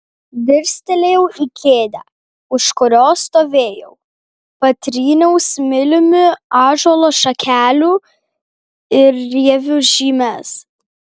dirstelėjau į kėdę už kurios stovėjau patryniau smiliumi ąžuolo šakelių ir rievių žymes